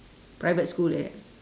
private school like that